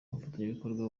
umufatanyabikorwa